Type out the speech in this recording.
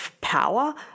power